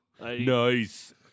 Nice